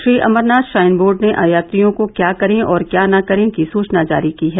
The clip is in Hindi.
श्री अमरनाथ श्राइन बोर्ड ने यात्रियों को क्या करें और क्या न करें की सूचना जारी की है